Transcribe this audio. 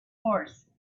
horse